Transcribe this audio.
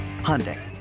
Hyundai